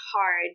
hard